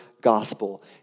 gospel